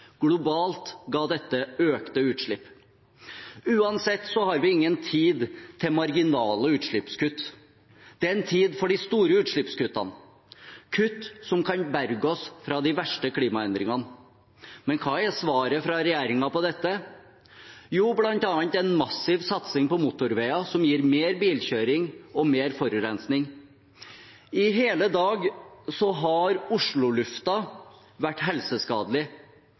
Globalt ga dette økte utslipp. Uansett har vi ingen tid til marginale utslippskutt. Det er tid for de store utslippskuttene – kutt som kan berge oss fra de verste klimaendringene. Men hva er svaret fra regjeringen? Jo, bl.a. en massiv satsing på motorveier, som gir mer bilkjøring og mer forurensning. I hele dag har Oslo-lufta vært helseskadelig.